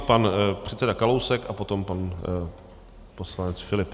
Pan předseda Kalousek a potom pan poslanec Filip.